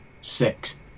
six